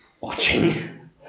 Watching